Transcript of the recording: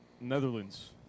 Netherlands